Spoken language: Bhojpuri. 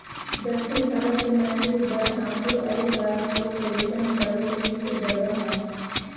दक्षिण भारत के मैसूर, बरहामपुर अउर पांपोर में रेशम उगावे के मुख्या जगह ह